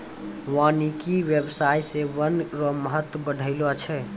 वानिकी व्याबसाय से वन रो महत्व बढ़लो छै